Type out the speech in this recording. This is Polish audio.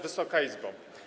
Wysoka Izbo!